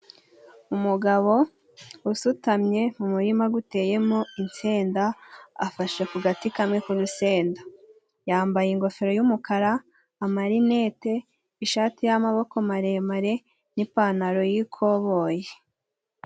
Umugabo usutamye mu murima guteyemo insenda, afashe ku gati kamwe k'urusenda, yambaye ingofero y'umukara, amarinete, ishati y'amaboko maremare n'ipantaro y'ikoboyi.